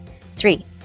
Three